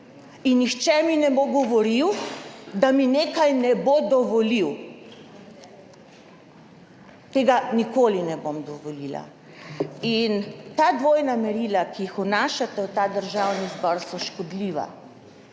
in nihče mi ne bo govoril, da mi nekaj ne bo dovolil. Tega nikoli ne bom dovolila. Ta dvojna merila, ki jih vnašate v ta državni zbor, so škodljiva.